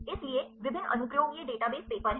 इसलिए विभिन्न अनुप्रयोग ये डेटाबेस पेपर हैं